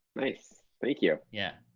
nice, thank you. yeah,